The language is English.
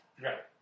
Right